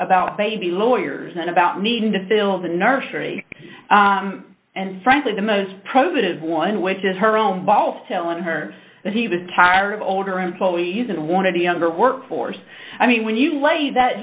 about baby lawyers and about needing to fill the nursery and frankly the most provocative one which is her own boss telling her that he was tired of older employees and wanted a younger workforce i mean when you lay that